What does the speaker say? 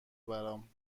برام